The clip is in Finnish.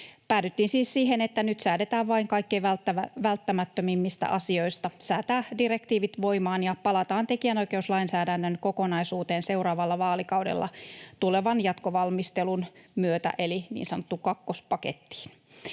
Päädyttiin siis siihen, että nyt säädetään vain kaikkein välttämättömimmistä asioista: säädetään direktiivit voimaan ja palataan tekijänoikeuslainsäädännön kokonaisuuteen seuraavalla vaalikaudella tulevan jatkovalmistelun myötä eli niin sanottuun kakkospakettiin.